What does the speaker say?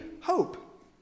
hope